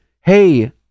Hey